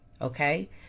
Okay